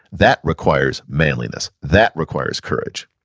that requires manliness. that requires courage.